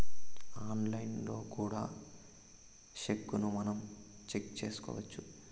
ఆన్లైన్లో కూడా సెక్కును మనం చెక్ చేసుకోవచ్చు